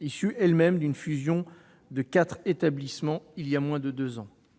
issue elle-même d'une fusion de quatre établissements réalisée voilà moins de deux ans.